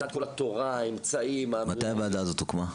מתי הוועדה הזאת הוקמה?